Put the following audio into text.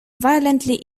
violently